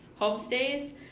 homestays